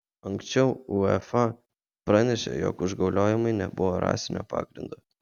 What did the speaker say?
anksčiau uefa pranešė jog užgauliojimai nebuvo rasinio pagrindo